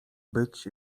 być